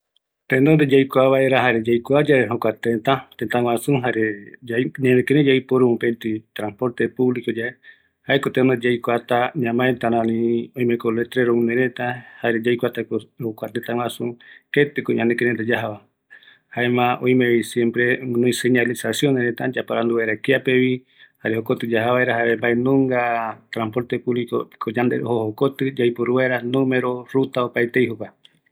Yaiporu vaera kua transporte publico jaeko yaikuata ketïko yajatava, yaekata kianungako yanderejata, jare yikuata jepɨ, jukuraï yaja vaera mbɨatitimbae